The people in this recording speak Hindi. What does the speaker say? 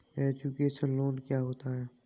एजुकेशन लोन क्या होता है?